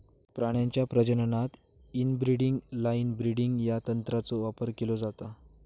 प्राण्यांच्या प्रजननात inbreeding line breeding या तंत्राचो वापर केलो जाता